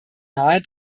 nahe